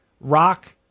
rock